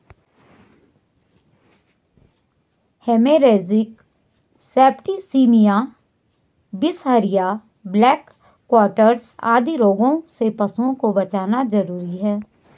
haemorrhagic septicaemia, बिसहरिया, black quarters आदि रोगों से पशुओं को बचाना जरूरी है